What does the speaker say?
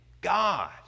God